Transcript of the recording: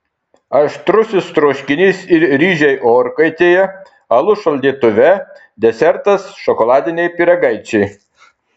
aštrusis troškinys ir ryžiai orkaitėje alus šaldytuve desertas šokoladiniai pyragaičiai